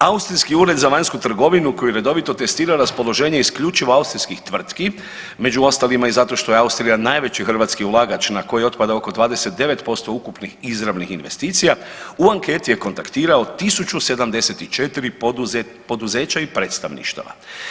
Austriji ured za vanjsku trgovinu koji redovito testira raspoloženje isključivo austrijskih tvrtki, među ostalima i zato što je Austrija najveći hrvatski ulagač na koji otpada oko 29% ukupnih izravnih investicija u anketi je kontaktirao 1.074 poduzeća i predstavništava.